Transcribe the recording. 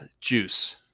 Juice